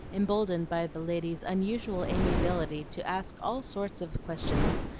emboldened by the lady's unusual amiability to ask all sorts of questions,